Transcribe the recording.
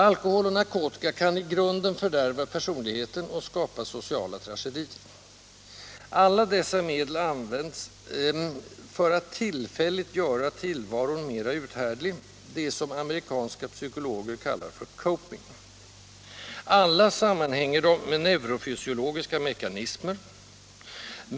Alkohol och narkotika kan i grunden fördärva personligheten och skapa sociala tragedier. Alla dessa medel används för att tillfälligt göra tillvaron mera uthärdlig, det som amerikanska psykologer kallar ”coping”. Alla sammanhänger de med neurofysiologiska mekanismer.